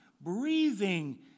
breathing